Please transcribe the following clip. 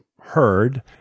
heard